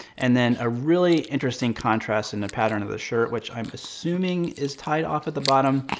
and then a really interesting contrast in the pattern of the shirt, which i'm assuming is tied off at the bottom,